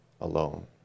alone